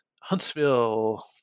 Huntsville